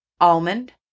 almond